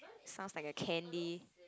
sounds like a candy